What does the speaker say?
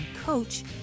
Coach